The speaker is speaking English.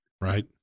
Right